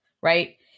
right